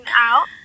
out